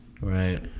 Right